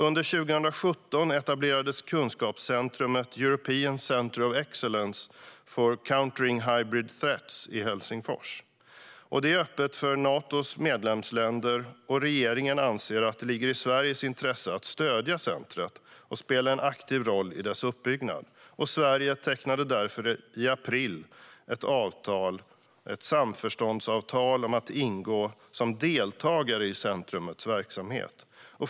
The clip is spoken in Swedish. Under 2017 etablerades kunskapscentrumet The European Center of Excellence for Countering Hybrid Threats i Helsingfors. Det är öppet för Natos medlemsländer. Regeringen anser att det ligger i Sveriges intresse att stödja centrumet och spela en aktiv roll i dess uppbyggnad, och Sverige tecknade därför i april ett samförståndsavtal om att ingå som deltagare i centrumets verksamhet.